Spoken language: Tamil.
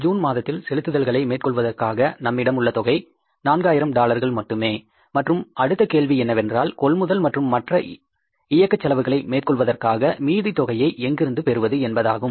ஜூன் மாதத்தில் செலுத்துதல்களை மேற்கொள்வதற்காக நம்மிடம் உள்ள தொகை நான்காயிரம் டாலர்கள் மட்டுமே மற்றும் அடுத்த கேள்வி என்னவென்றால் கொள்முதல் மற்றும் மற்ற இயக்கச் செலவுகளை மேற்கொள்வதற்காக மீதி தொகையை எங்கிருந்து பெறுவது என்பதாகும்